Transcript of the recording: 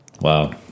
wow